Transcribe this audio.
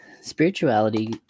Spirituality